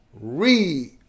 read